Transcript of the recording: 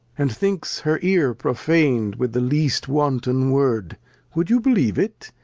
and thinks her ear profan'd with the least wanton word wou'd you believe it,